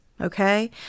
Okay